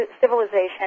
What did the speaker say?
civilization